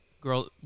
girl